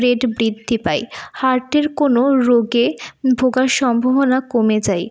rate বৃদ্ধি পায় হার্টের কোনো রোগে ভোগার সম্ভবনা কমে যায়